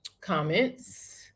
comments